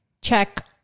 check